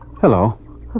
Hello